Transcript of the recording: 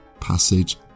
passage